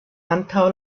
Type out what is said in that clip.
antaŭ